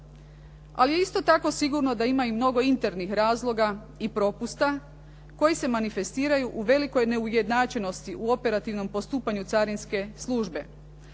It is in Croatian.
ali je isto tako sigurno da ima i mnogo internih razloga i propusta koji se manifestiraju u velikoj neujednačenosti u operativnom postupanju carinske službe.